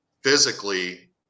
physically